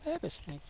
এই বেছি নাইকিয়া